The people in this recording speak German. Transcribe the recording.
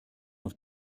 auf